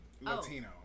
Latino